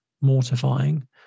mortifying